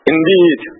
Indeed